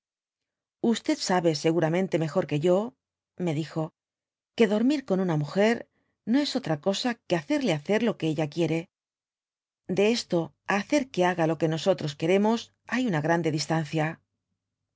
sabe seguramente mejor que yo me dijo que dormir con una múger no es otra cosa que hacerle hacer lo o que ella quiere de esto á hacer que haga dby google lo que nosotros queremos hay una grande distancia